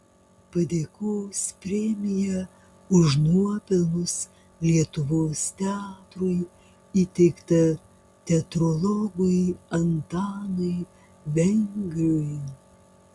padėkos premija už nuopelnus lietuvos teatrui įteikta teatrologui antanui vengriui